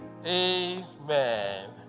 Amen